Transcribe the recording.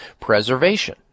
preservation